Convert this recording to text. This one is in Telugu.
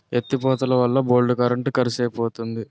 ఎత్తి పోతలవల్ల బోల్డు కరెంట్ కరుసైపోతంది